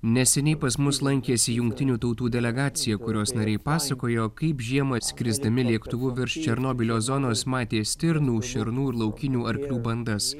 neseniai pas mus lankėsi jungtinių tautų delegacija kurios nariai pasakojo kaip žiemą skrisdami lėktuvu virš černobylio zonos matė stirnų šernų ir laukinių arklių bandas